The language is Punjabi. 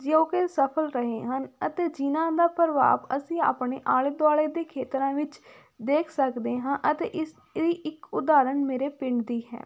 ਜੋ ਕਿ ਸਫਲ ਰਹੇ ਹਨ ਅਤੇ ਜਿਨ੍ਹਾਂ ਦਾ ਪ੍ਰਭਾਵ ਅਸੀਂ ਆਪਣੇ ਆਲੇ ਦੁਆਲੇ ਦੇ ਖੇਤਰਾਂ ਵਿੱਚ ਦੇਖ ਸਕਦੇ ਹਾਂ ਅਤੇ ਇਸ ਦੀ ਇੱਕ ਉਦਾਹਰਨ ਮੇਰੇ ਪਿੰਡ ਦੀ ਹੈ